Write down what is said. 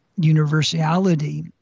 universality